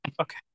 Okay